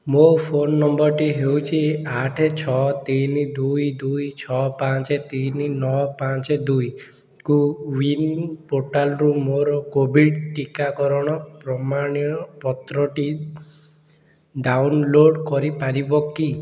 ମୋ ଫୋନ୍ ନମ୍ବର୍ଟି ହେଉଛି ଆଠ ଛଅ ତିନି ଦୁଇ ଦୁଇ ଛଅ ପାଞ୍ଚ ତିନି ନଅ ପାଞ୍ଚ ଦୁଇ କୋୱିନ୍ ପୋର୍ଟାଲ୍ରୁ ମୋର କୋଭିଡ଼୍ ଟିକାକରଣ ପ୍ରମାନ୍ୟ ପତ୍ରଟି ଡାଉନଲୋଡ଼୍ କରିପାରିବ କି